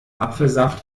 apfelsaft